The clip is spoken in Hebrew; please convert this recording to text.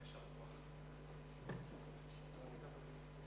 בבקשה, חברת הכנסת סולודקין.